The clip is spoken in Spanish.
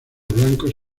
blancos